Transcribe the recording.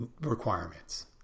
requirements